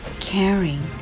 caring